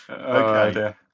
Okay